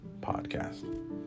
podcast